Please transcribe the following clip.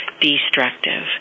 destructive